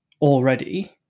already